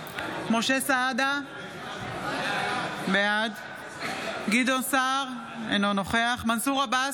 משה סעדה, בעד גדעון סער, אינו נוכח מנסור עבאס,